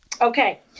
Okay